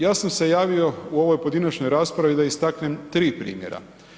Ja sam se javio u ovoj pojedinačnoj raspravi da istaknem tri primjera.